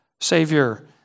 Savior